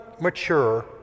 mature